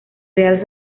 real